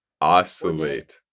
Oscillate